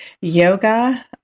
Yoga